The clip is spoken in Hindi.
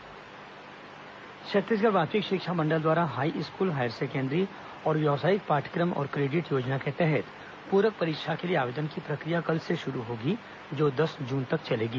पूरक परीक्षा आवेदन छत्तीसगढ़ माध्यमिक शिक्षा मंडल द्वारा हाईस्कूल हायर सेकेण्डरी और व्यावसायिक पाठ्यक्रम और क्रेडिट योजना के तहत पूरक परीक्षा के लिए आवेदन की प्रक्रिया कल से शुरू होगी जो दस जून तक चलेगी